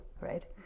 right